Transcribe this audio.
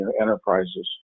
enterprises